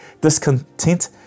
discontent